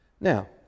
Now